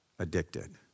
Addicted